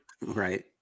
Right